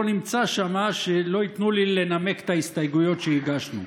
נמצא שם ולא ייתנו לי לנמק את ההסתייגויות שהגשנו.